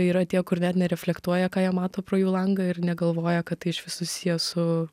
yra tie kur net nereflektuoja ką jie mato pro jų langą ir negalvoja kad tai išvis susiję su